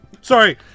Sorry